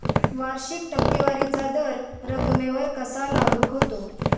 वार्षिक टक्केवारीचा दर रकमेवर कसा लागू होतो?